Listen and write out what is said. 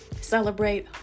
celebrate